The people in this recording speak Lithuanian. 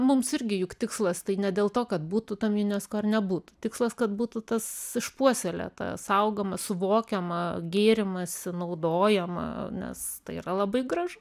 mums irgi juk tikslas tai ne dėl to kad būtų tam unesco ar nebūtų tikslas kad būtų tas išpuoselėta saugoma suvokiama gėrimasi naudojama nes tai yra labai gražu